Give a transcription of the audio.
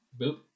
Boop